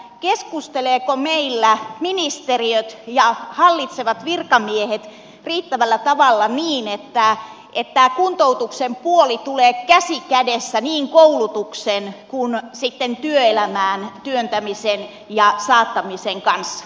keskustelevatko meillä ministeriöt ja hallitsevat virkamiehet riittävällä tavalla niin että kuntoutuksen puoli tulee käsi kädessä niin koulutuksen kuin työelämään työntämisen ja saattamisen kanssa